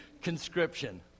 Conscription